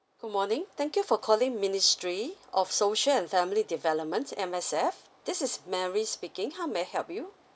good morning thank you for calling ministry of social and family development M_S_F this is mary speaking how may I help you